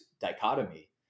dichotomy